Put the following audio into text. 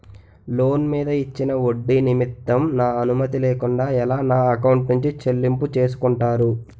Loan మీద ఇచ్చిన ఒడ్డి నిమిత్తం నా అనుమతి లేకుండా ఎలా నా ఎకౌంట్ నుంచి చెల్లింపు చేసుకుంటారు?